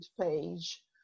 page